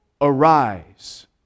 arise